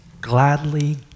gladly